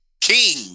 king